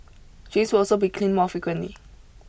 drains will also be cleaned more frequently